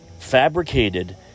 fabricated